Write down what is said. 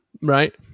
Right